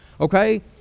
okay